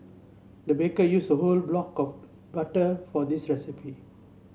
the baker used a whole block of butter for this recipe